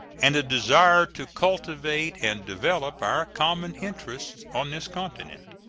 and a desire to cultivate and develop our common interests on this continent.